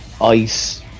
ice